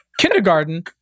Kindergarten